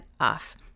off